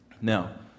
Now